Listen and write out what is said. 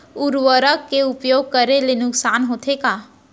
उर्वरक के उपयोग करे ले नुकसान होथे का?